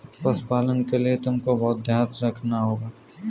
पशुपालन के लिए तुमको बहुत धैर्य रखना होगा